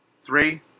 Three